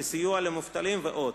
לסיוע למובטלים ועוד.